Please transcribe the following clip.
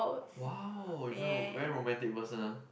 !wow! you are very romantic person